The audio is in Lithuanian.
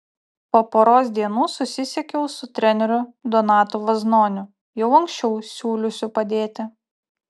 po poros dienų susisiekiau su treneriu donatu vaznoniu jau anksčiau siūliusiu padėti